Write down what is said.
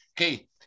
Okay